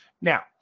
now